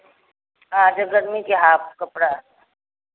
अच्छा गर्मी के हाफ कपड़ा